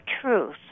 truth